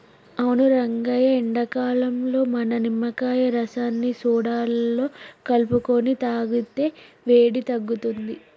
అవును రంగయ్య ఎండాకాలంలో మనం నిమ్మకాయ రసాన్ని సోడాలో కలుపుకొని తాగితే వేడి తగ్గుతుంది